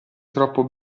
troppo